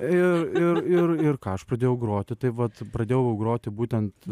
ir ir ir ir ką aš pradėjau groti tai vat pradėjau groti būtent